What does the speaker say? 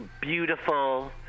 beautiful